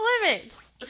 limits